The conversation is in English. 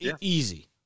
Easy